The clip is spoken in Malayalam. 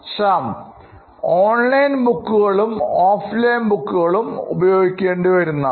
Shyam ഓൺലൈൻ ബുക്കുകളും ഓഫ്ലൈൻ ബുക്കുകളും ഉപയോഗിക്കേണ്ടി വരുന്നതാണ്